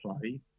play